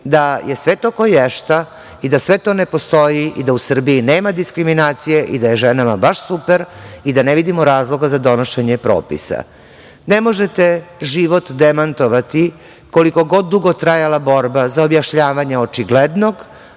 da je sve to koješta, da sve to ne postoji i da u Srbiji nema diskriminacije i da je ženama baš super i da ne vidimo razloga za donošenje propisa. Ne možete život demantovati koliko god dugo trajala borba za objašnjavanje očiglednog,